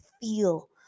feel